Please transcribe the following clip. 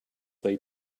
they